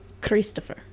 Christopher